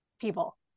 people